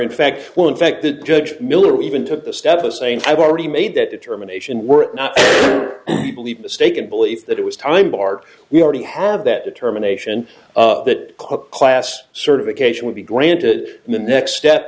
fact well in fact the judge miller even took the step of saying i've already made that determination we're not believe mistaken belief that it was time barred we already have that determination that cook class certification would be granted in the next step